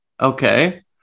Okay